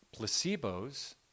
Placebos